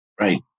Right